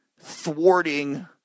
thwarting